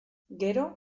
gero